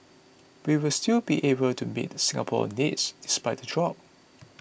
we will still be able to meet Singapore's needs despite the drop